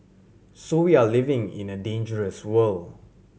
so we are living in a dangerous world